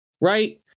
Right